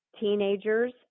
Teenagers